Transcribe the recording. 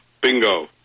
bingo